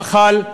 מאכל,